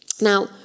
Now